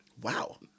Wow